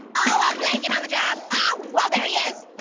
oh, i'm blanking on the job. oh, whoa, there he is,